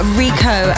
rico